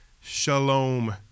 shalom